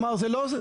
אני פשוט לא מאמין.